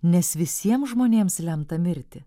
nes visiems žmonėms lemta mirti